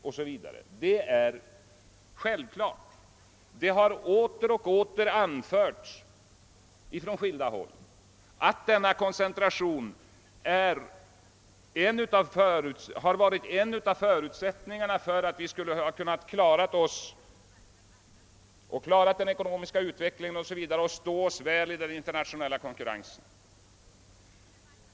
Gång på gång har det från skilda håll framhållits att denna befolkningskoncentration har varit en av förutsättningarna för att vi skulle klara av den ekonomiska utvecklingen och stå oss i den internationella konkurrensen.